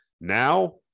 Now